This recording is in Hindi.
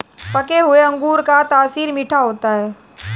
पके हुए अंगूर का तासीर मीठा होता है